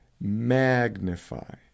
Magnify